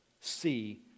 see